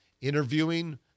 interviewing